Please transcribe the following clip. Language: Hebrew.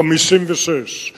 1956,